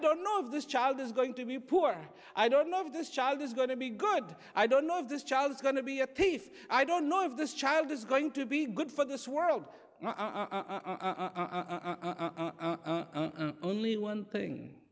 don't know of this child is going to be poor i don't love this child is going to be good i don't know if this child is going to be a thief i don't know if this child is going to be good for this world i'm only one thing